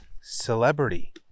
celebrity